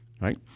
right